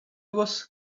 was